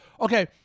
Okay